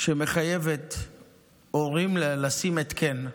שמחייבת הורים לשים התקן.